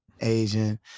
Asian